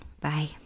Bye